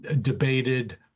debated